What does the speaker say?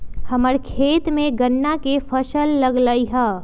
हम्मर खेत में गन्ना के फसल लगल हई